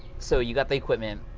so you got the equipment,